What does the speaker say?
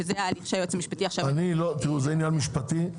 שזה מה שהיועץ המשפטי -- תראו זה עניין משפטי,